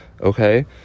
okay